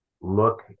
look